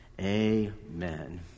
Amen